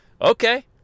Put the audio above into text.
okay